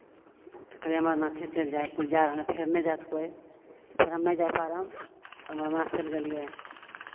तऽ कहलियै अमरनाथे चलि जाय कुल जाय रहलखिन नहि जायब तऽ कोइ फेर हम नहि जाय पाड़ब अमरनाथ चलि गेलियै